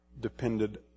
depended